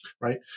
Right